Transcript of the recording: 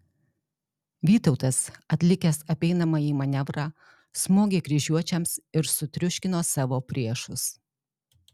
vytautas atlikęs apeinamąjį manevrą smogė kryžiuočiams ir sutriuškino savo priešus